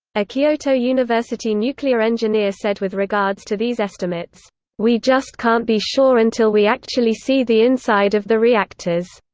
a kyoto university nuclear engineer said with regards to these estimates we just can't be sure until we actually see the inside of the reactors.